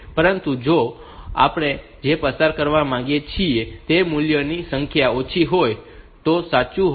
પરંતુ જો આપણે જે પસાર કરવા માંગીએ છીએ તે મૂલ્યોની સંખ્યા ઓછી હોય તો તે સાચું હોય છે